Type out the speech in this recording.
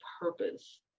purpose